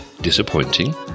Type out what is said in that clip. disappointing